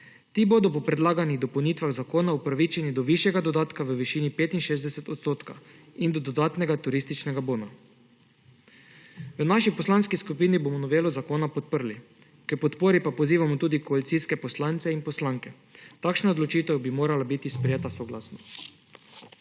Ti bodo po predlaganih dopolnitvah zakonov upravičeni do višjega dodatka v višini 65 % in do dodatnega turističnega bona. V naši poslanski skupini bomo novelo zakona podprli. K podpori pa pozivamo tudi koalicijske poslanke in poslance. Takšna odločitev bi morala biti sprejeta soglasno.